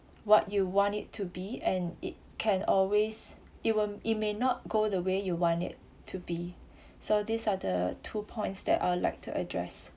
what you want it to be and it can always it will it may not go the way you want it to be so these are the two points that I'll like to address